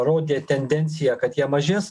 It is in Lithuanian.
rodė tendenciją kad jie mažės